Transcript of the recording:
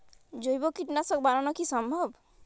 জৈব কীটনাশক বানানো কি সম্ভব?